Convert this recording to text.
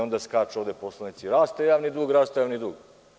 Onda mi skaču ovde poslanici – raste javni dug, raste javni dug.